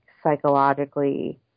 psychologically